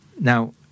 Now